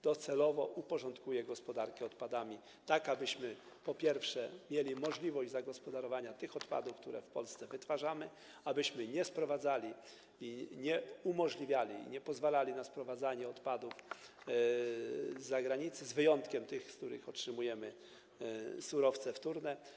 Docelowo uporządkuje to gospodarkę odpadami, tak abyśmy, po pierwsze, mieli możliwość zagospodarowania tych odpadów, które w Polsce wytwarzamy, abyśmy nie sprowadzali i nie umożliwiali, nie pozwalali na sprowadzanie odpadów zza granicy, z wyjątkiem tych, z których otrzymujemy surowce wtórne.